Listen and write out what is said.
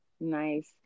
nice